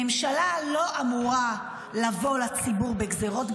ממשלה לא אמורה לבוא לציבור בגזירות,